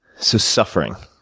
so, suffering.